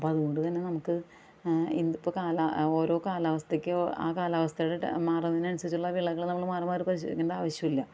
അപ്പോൾ അതുകൊണ്ടുതന്നെ നമുക്ക് ഇപ്പോൾ കാലാ ഓരോ കാലാവസ്ഥയ്ക്ക് ആ കാലവസ്ഥകൾ മാറുന്നതിനനുസരിച്ചുള്ള വിളകൾ നമ്മൾ മാറി മാറി പരിശീലിക്കേണ്ട ആവശ്യമില്ല